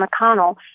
McConnell